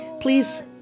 Please